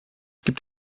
gibt